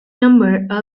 number